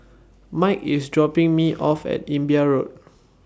Mike IS dropping Me off At Imbiah Road